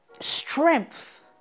strength